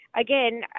again